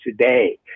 today